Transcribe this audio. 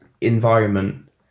environment